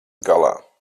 galā